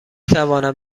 توانم